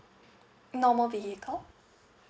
normal vehicle